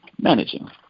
managing